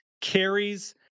carries